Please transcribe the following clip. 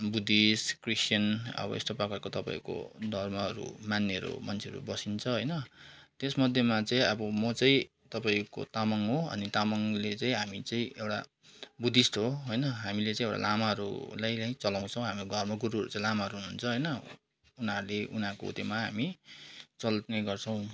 Buddhist Christian अब यस्तो प्रकारको तपाईँको धर्महरू मान्नेहरू मान्छेहरू बसिन्छ होइन त्यसमध्येमा चाहिँ अब म चाहिँ तपाईँको तामाङ हो अनि तामाङले चाहिँ हामी चाहिँ एउटा बुद्धिस्ट हो होइन हामीले चाहिँ एउटा लामाहरूलाई नै चलाउँछौँ हामीहरूको हाम्रो गुरूहरू चाहिँ लामाहरू हुनुहुन्छ होइन उनीहरूले उनीहरूको उत्योमा हामी चल्ने गर्छौँ